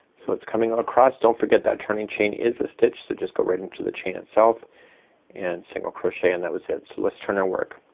so it's coming across don't forget that turning chain is a stitch. so just go right into the chain itself and single crochet and that was it. so let's turn our work.